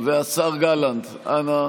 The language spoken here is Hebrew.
והשר גלנט, אנא.